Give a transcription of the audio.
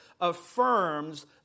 affirms